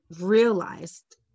realized